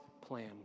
plan